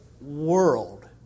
world